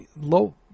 Low